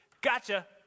Gotcha